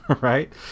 Right